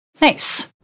nice